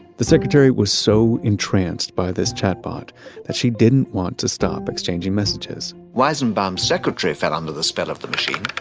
the secretary was so entranced by this chatbot that she didn't want to stop exchanging messages weizenbaum's secretary fell under the spell of the machine.